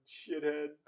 shithead